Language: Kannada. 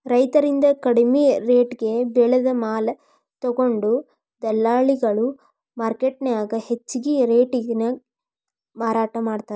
ರೈತರಿಂದ ಕಡಿಮಿ ರೆಟೇಗೆ ಬೆಳೆದ ಮಾಲ ತೊಗೊಂಡು ದಲ್ಲಾಳಿಗಳು ಮಾರ್ಕೆಟ್ನ್ಯಾಗ ಹೆಚ್ಚಿಗಿ ರೇಟಿಗೆ ಮಾರಾಟ ಮಾಡ್ತಾರ